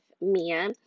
Mia